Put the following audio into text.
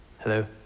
Hello